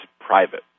private